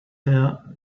here